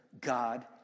God